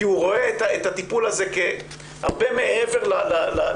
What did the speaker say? כי הוא רואה את הטיפול הזה הרבה מעבר לשכר